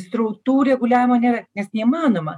srautų reguliavimo nėra nes neįmanoma